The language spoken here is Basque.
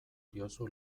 diozu